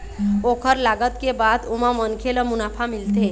ओखर लागत के बाद ओमा मनखे ल मुनाफा मिलथे